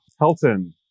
Helton